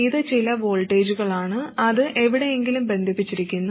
ഇത് ചില വോൾട്ടേജുകളാണ് അത് എവിടെയെങ്കിലും ബന്ധിപ്പിച്ചിരിക്കുന്നു